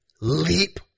Leap